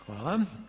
Hvala.